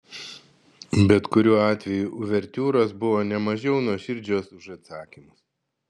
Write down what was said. bet kuriuo atveju uvertiūros buvo ne mažiau nuoširdžios už atsakymus